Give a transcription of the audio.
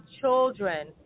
children